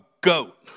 goat